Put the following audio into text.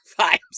vibes